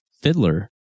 Fiddler